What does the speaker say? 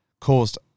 caused